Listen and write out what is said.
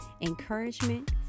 Encouragement